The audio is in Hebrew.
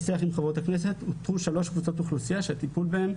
בשיח עם חברות הכנסת אותרו שלוש קבוצות אוכלוסייה שהטיפול בהן